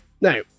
Now